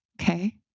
Okay